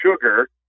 sugar